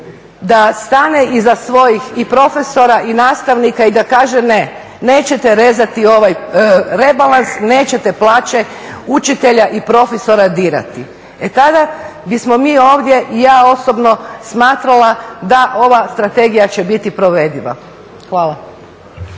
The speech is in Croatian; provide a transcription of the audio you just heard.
da stane iza svojih i profesora i nastavnika i da kaže ne, nećete rezati ovaj rebalans, nećete plaće učitelja i profesora dirati. E tada bismo mi ovdje i ja osobno smatrala da ova strategija će biti provediva. Hvala.